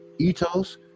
itos